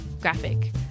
graphic